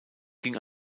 ging